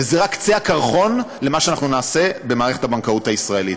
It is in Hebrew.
וזה רק קצה הקרחון של מה שאנחנו נעשה במערכת הבנקאות הישראלית.